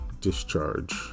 discharge